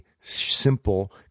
simple